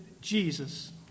Jesus